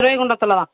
ஸ்ரீவைகுண்டத்தில் தான்